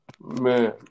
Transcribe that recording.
Man